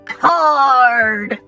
card